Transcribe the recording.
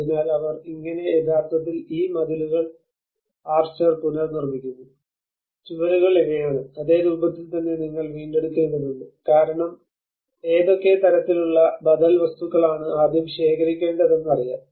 അതിനാൽ അവർ എങ്ങനെ യഥാർത്ഥത്തിൽ ഈ മതിലുകളും ആർച്ചർ പുനർനിർമ്മിക്കുന്നു ചുവരുകൾ ഇവയാണ് അതേ രൂപത്തിൽ തന്നെ നിങ്ങൾ വീണ്ടെടുക്കേണ്ടതുണ്ട് കാരണം ഏതൊക്കെ തരത്തിലുള്ള ബദൽ വസ്തുക്കളാണ് ആദ്യം ശേഖരിക്കേണ്ടതെന്ന് അറിയാം